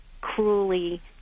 cruelly